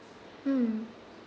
mm